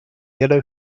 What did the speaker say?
yellow